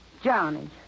Johnny